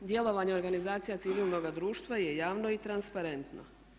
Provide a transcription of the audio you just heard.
Djelovanje organizacija civilnoga društva je javno i transparentno.